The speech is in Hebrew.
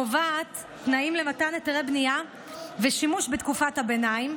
הצעת החוק קובעת תנאים למתן היתרי בנייה ושימוש בתקופת הביניים,